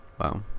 Wow